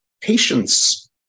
Patience